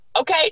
Okay